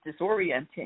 disorienting